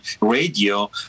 radio